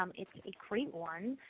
um it's a great one.